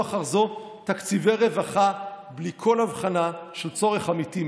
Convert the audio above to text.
אחר זו תקציבי רווחה בלי כל הבחנה של צורך אמיתי.